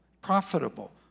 profitable